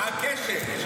מה הקשר?